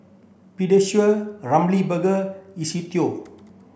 Pediasure Ramly Burger Istudio